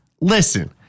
listen